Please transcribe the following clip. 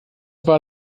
war